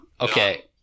okay